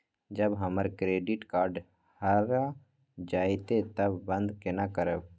जब हमर credit card हरा जयते तब बंद केना करब?